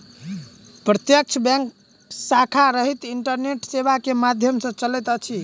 प्रत्यक्ष बैंक शाखा रहित इंटरनेट सेवा के माध्यम सॅ चलैत अछि